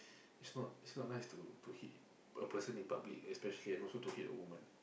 is not is not nice to to hit a person in public especially and also to hit a woman